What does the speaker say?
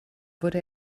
wurde